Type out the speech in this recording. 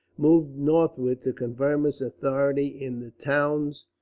moved northwards to confirm his authority in the towns